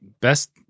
best